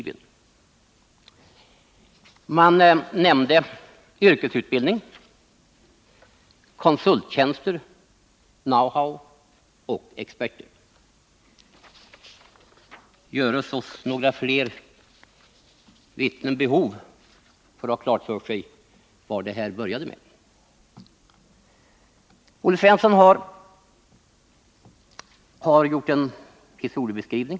Vidare nämndes yrkesutbildning, konsulttjänster, know-how och experter. Göres oss fler vittnen behov för att vi skall ha klart för oss vad den här affären började med? Olle Svensson har gjort en historieskrivning.